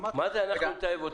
מה זה "אנחנו נטייב אותו"?